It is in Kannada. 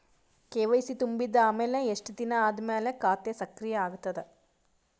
ಕೆ.ವೈ.ಸಿ ತುಂಬಿದ ಅಮೆಲ ಎಷ್ಟ ದಿನ ಆದ ಮೇಲ ಖಾತಾ ಸಕ್ರಿಯ ಅಗತದ?